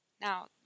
Now